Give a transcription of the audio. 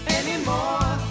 anymore